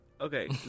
Okay